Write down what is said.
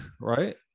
right